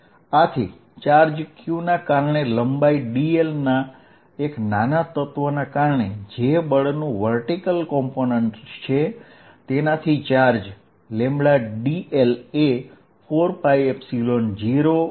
આથી charge q પર લંબાઈ d l ના એક નાના તત્વના કારણે લાગતું બળ Fq λ dl4π01h2R2હશે